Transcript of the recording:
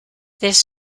this